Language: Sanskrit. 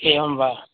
एवं वा